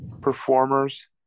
performers